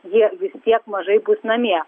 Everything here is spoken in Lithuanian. jie visi tiek mažai bus namie